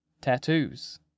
Tattoos